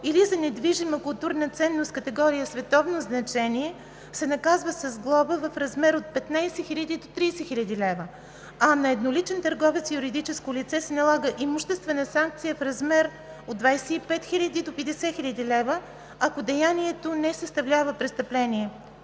или за недвижима културна ценност с категория „световно значение“, се наказва с глоба в размер от 15 000 до 30 000 лв., а на едноличен търговец и юридическо лице се налага имуществена санкция в размер от 25 000 до 50 000 лв., ако деянието не съставлява престъпление.“